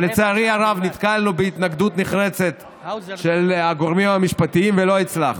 אבל לצערי הרב נתקלנו בהתנגדות נחרצת של הגורמים המשפטיים ולא הצלחנו.